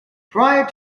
prior